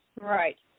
Right